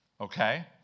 okay